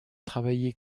travaillé